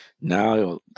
Now